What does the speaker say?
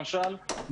למשל,